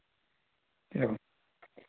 एवं